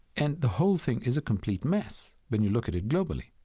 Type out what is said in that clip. and the whole thing is a complete mess when you look at it globally.